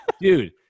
Dude